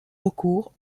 recours